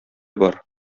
бар